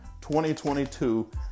2022